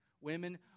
Women